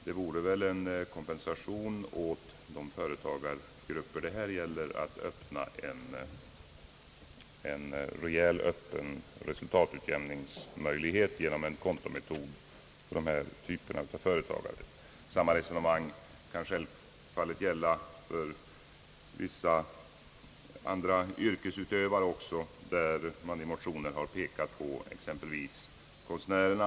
Det vore en kompensation åt de företagargrupper det här gäller med en rejäl öppen resultatutjämningsmöjlighet genom en kontometod. Samma resonemang kan självfallet gälla för vissa andra yrkesutövare. I motionen har man exempelvis pekat på konstnärerna.